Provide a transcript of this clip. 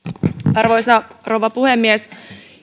arvoisa rouva puhemies